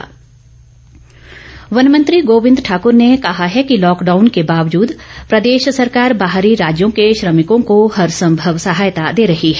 गोविंद ठाकुर वन मंत्री गोविंद ठाकुर ने कहा है कि लॉकडाउन के बावजूद प्रदेश सरकार बाहरी राज्यों के श्रमिकों को हर संभव सहायता दे रही है